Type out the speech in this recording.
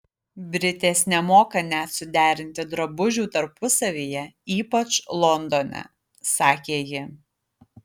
britės nemoka net suderinti drabužių tarpusavyje ypač londone sakė ji